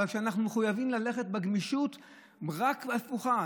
אנחנו מחויבים ללכת בגמישות הפוכה.